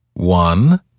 one